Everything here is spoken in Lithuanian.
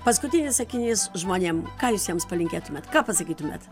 paskutinis sakinys žmonėm ką jūs jiems palinkėtumėt ką pasakytumėt